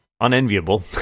unenviable